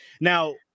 Now